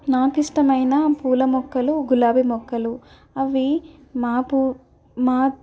నాకు ఇష్టమైన పూల మొక్కలు గులాబీ మొక్కలు అవి మాపు మా